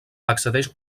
accedeix